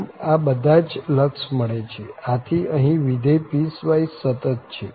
આમ આ બધા જ લક્ષ મળે છે આથી અહીં વિધેય પીસવાઈસ સતત છે